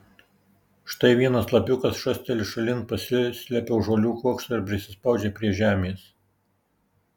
štai vienas lapiukas šasteli šalin pasislepia už žolių kuokšto ir prisispaudžia prie žemės